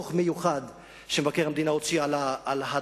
דוח מיוחד שמבקר המדינה הוציא על הדרום.